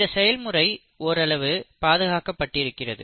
இந்த செயல்முறை ஓரளவு பாதுகாக்கப்பட்டிருகிறது